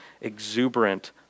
exuberant